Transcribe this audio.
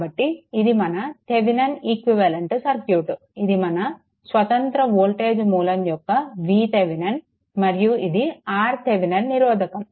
కాబట్టి ఇది మన థెవెనిన్ ఈక్వివలెంట్ సర్క్యూట్ ఇది మన స్వతంత్ర వోల్టేజ్ మూలం యొక్క VThevenin మరియు ఇది RThevenin నిరోధకం